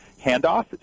handoff